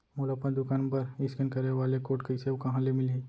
मोला अपन दुकान बर इसकेन करे वाले कोड कइसे अऊ कहाँ ले मिलही?